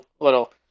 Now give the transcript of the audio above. little